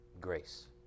Grace